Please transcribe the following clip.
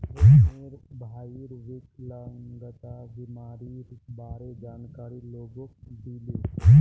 रोहनेर भईर विकलांगता बीमारीर बारे जानकारी लोगक दीले